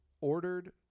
ordered